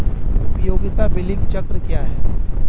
उपयोगिता बिलिंग चक्र क्या है?